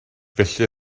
felly